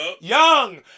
Young